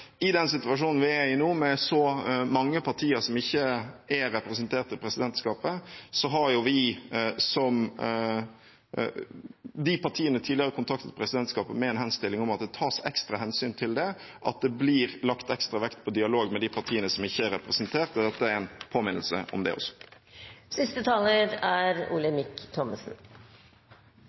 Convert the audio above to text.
i den situasjonen vi er i nå, med så mange partier som ikke er representert i presidentskapet, har vi – de partiene – tidligere kontaktet presidentskapet med en henstilling om at det tas ekstra hensyn til det, at det blir lagt ekstra vekt på dialog med de partiene som ikke er representert. Dette er en påminnelse om det